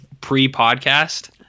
pre-podcast